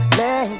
let